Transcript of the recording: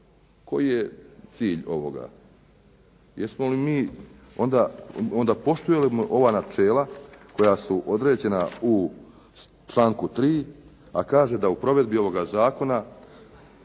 Koji je cilj ovoga? Jesmo li mi onda, onda poštujemo li ova načela koja su određena u članku 3. a kaže da u provedbi ovoga zakona